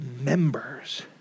members